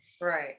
right